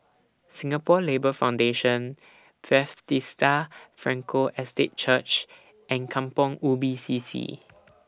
Singapore Labour Foundation Frankel Estate Church and Kampong Ubi C C